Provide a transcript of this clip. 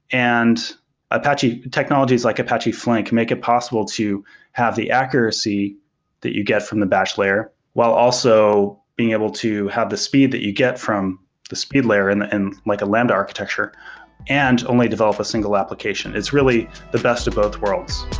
and apache technologies, like apache flink, make it possible to have the accuracy that you get from the batch layer while also being able to have the speed that you get from the speed layer in like a lambda architecture and only develop a single application. it's really the best of both worlds.